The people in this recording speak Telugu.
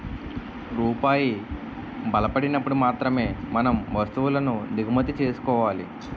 రూపాయి బలపడినప్పుడు మాత్రమే మనం వస్తువులను దిగుమతి చేసుకోవాలి